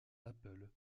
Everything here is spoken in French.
apple